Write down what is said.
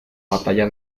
batalla